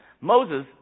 Moses